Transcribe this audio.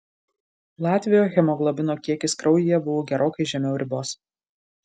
latvio hemoglobino kiekis kraujyje buvo gerokai žemiau ribos